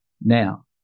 Now